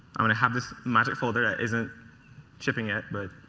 i'm going to have this magic folder that isn't chipping it. but